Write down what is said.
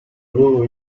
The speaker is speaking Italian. loro